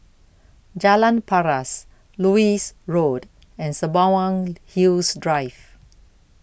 Jalan Paras Lewis Road and Sembawang Hills Drive